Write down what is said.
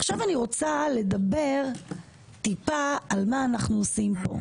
אני רוצה לדבר מעט על מה אנחנו עושים כאן.